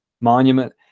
monument